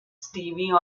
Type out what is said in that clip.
stevie